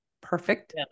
Perfect